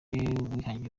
wihangiye